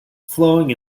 flowing